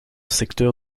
secteur